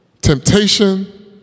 temptation